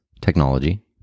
technology